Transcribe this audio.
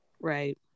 right